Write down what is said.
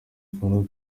farook